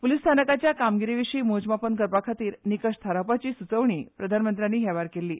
पुलीस स्थानकाचे कामगिरीविशी मोजमापन करपाखातीर निकष थारावपाचीय सुचोवणी प्रधानमंत्र्यानी त्यावेळार केल्ली